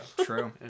True